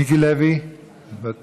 מיקי לוי יעלה.